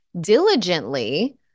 diligently